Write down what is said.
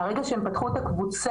מהרגע שהן פתחו את הקבוצה,